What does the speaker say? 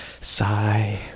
Sigh